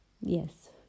Yes